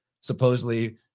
supposedly